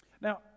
now